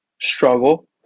struggle